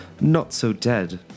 not-so-dead